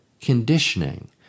Conditioning